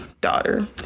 daughter